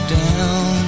down